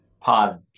pod